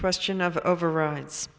question of overwrites